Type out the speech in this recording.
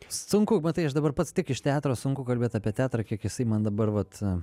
sunku matai aš dabar pats tik iš teatro sunku kalbėt apie teatrą kiek jisai man dabar vat